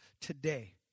today